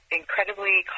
incredibly